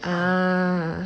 ah